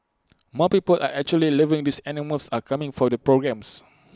more people are actually living these animals and coming for the programmes